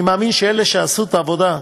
אני מאמין שאלה שעשו את העבודה,